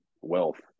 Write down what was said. wealth